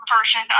version